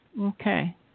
okay